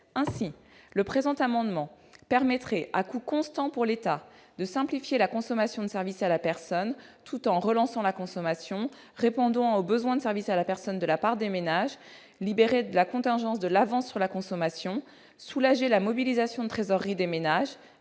du présent amendement permettrait, à coût constant pour l'État, de simplifier la consommation de services à la personne, tout en relançant la consommation, en répondant aux besoins de services à la personne de la part des ménages, libérés de la contingence de l'avance sur consommation, et en soulageant la mobilisation de trésorerie des ménages,